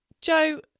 joe